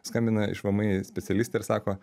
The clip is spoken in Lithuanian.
skambina iš vmi specialistė ir sako